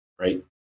right